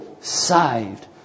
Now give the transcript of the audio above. saved